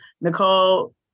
Nicole